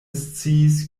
sciis